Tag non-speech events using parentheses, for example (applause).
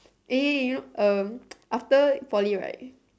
eh you know uh (noise) after poly right